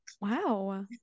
wow